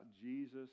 jesus